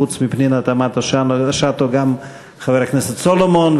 חוץ מפנינה תמנו-שטה גם חבר הכנסת סולומון,